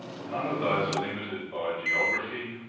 none of those are limited by geography,